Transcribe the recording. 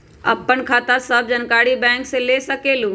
आपन खाता के सब जानकारी बैंक से ले सकेलु?